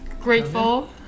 grateful